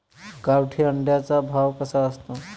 गावठी अंड्याचा भाव कसा असतो?